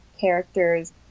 characters